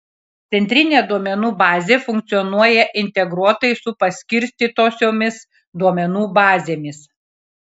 centrinė duomenų bazė funkcionuoja integruotai su paskirstytosiomis duomenų bazėmis